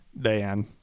Dan